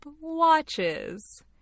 watches